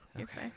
Okay